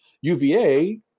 UVA